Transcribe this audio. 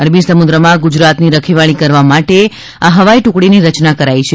અરબી સમુદ્રમાં ગુજરાતની રખેવાળી કરવા માટે આ હવાઈ ટુકડીની રચના કરાઈ છે